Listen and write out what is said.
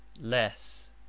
less